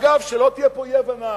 אגב, שלא תהיה פה אי-הבנה,